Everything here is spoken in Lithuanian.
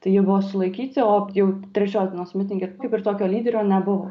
tai jie buvo sulaikyti o jau trečios dienos mitinge kaip ir tokio lyderio nebuvo